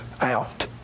out